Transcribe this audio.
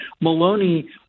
Maloney